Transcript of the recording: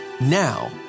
Now